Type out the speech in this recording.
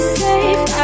safe